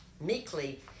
meekly